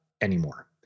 anymore